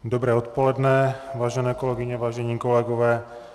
Dobré odpoledne, vážené kolegyně, vážení kolegové.